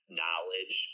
knowledge